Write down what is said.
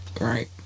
right